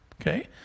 okay